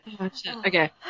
okay